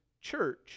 church